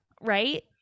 right